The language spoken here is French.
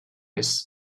est